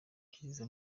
cyiza